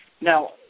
Now